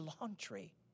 laundry